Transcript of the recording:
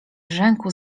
brzęku